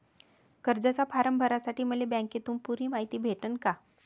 कर्जाचा फारम भरासाठी मले बँकेतून पुरी मायती भेटन का?